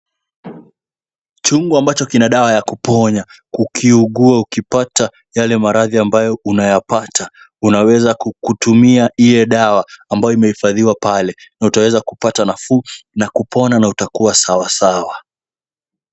Chungu ambacho kina dawa ya kuponya ukiugua ukipata yale maradhi ambayo unayapata unaweza kutumia ile dawa ambayo imehifadhiwa pale na utaweza kupata nafuu na kupona na utakuwa sawasawa.